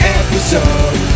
episode